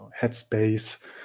headspace